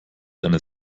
deine